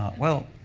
um well,